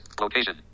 location